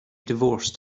divorced